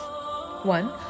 One